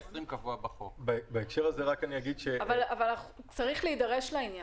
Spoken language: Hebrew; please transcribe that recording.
צריך להידרש לעניין.